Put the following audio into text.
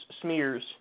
smears